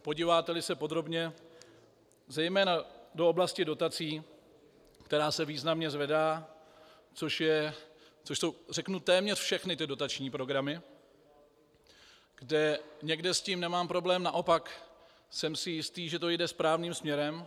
Podíváteli se podrobně zejména do oblasti dotací, která se významně zvedá, což jsou řeknu téměř všechny ty dotační programy, kde někde s tím nemám problém, naopak jsem si jist, že to jde správným směrem;